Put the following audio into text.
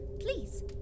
Please